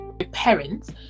parents